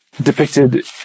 depicted